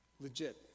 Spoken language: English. legit